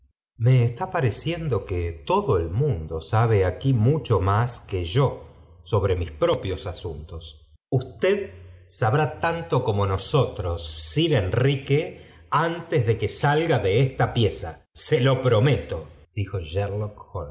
me está pareciendo que todo el mundo sabe aquí mucho más que yo bobre mi b propios asuntos usted sabrá tanto como nosotros sir enrique antes de que salga de esta pieza se lo prometo dijo